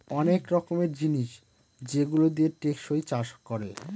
অনেক রকমের জিনিস যেগুলো দিয়ে টেকসই চাষ করে